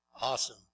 Awesome